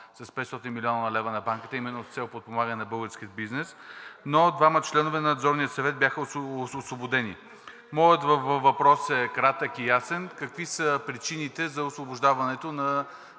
с 500 млн. лв. на Банката, а именно с цел подпомагане на българския бизнес, но двама членове на Надзорния съвет бяха освободени. Моят въпрос е кратък и ясен. Какви са причините и мотивите за освобождаването на